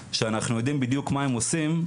שאנחנו יודעים בדיוק מה הם עושים,